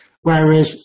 whereas